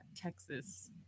Texas